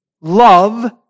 love